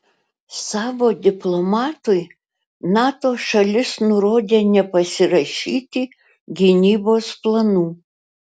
savo diplomatui nato šalis nurodė nepasirašyti gynybos planų